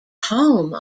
home